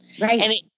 Right